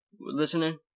listening